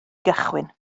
gychwyn